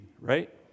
right